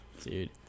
dude